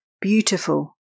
beautiful